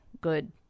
good